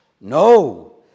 No